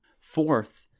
Fourth